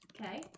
okay